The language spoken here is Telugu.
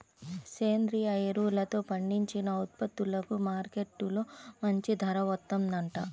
సేంద్రియ ఎరువులతో పండించిన ఉత్పత్తులకు మార్కెట్టులో మంచి ధర వత్తందంట